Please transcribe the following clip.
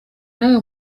namwe